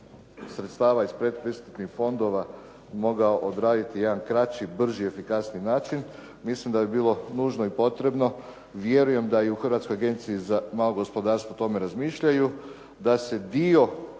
sredstava iz predpristupnih fondova moga odraditi jedan kraći, brži, efikasniji način, mislim da bi bilo nužno i potrebno. Vjerujem da je i u Hrvatskoj agenciji za malo gospodarstvo o tome razmišljaju da se dio